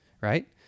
right